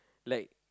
like